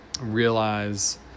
realize